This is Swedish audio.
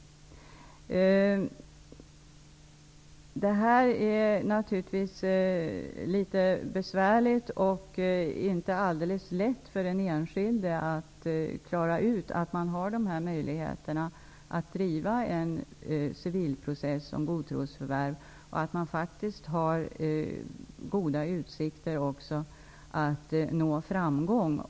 Det är naturligtvis inte alldeles lätt för den enskilde att klara ut att man har möjlighet att driva en civilprocess om godtrosförvärv och att man faktiskt också har goda utsikter att nå framgång.